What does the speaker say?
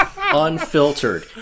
Unfiltered